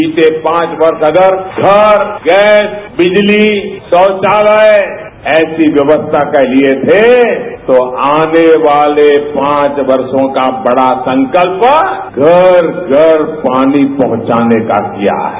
बीते पांच वर्ष अगर घर गैस बिजली शौचालय ऐसी व्यवस्था के लिए थे तो आने वाले पांच वर्षों का बड़ा संकल्प घर घर पानी पहुंचाने का किया है